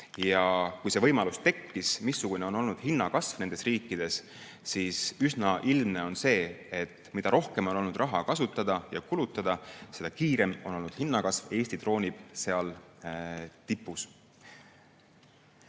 ja kui see võimalus tekkis, missugune on olnud hinnakasv nendes riikides. On üsna ilmne, et mida rohkem on olnud raha kasutada ja kulutada, seda kiirem on olnud hinnakasv. Eesti troonib seal tipus.